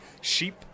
sheep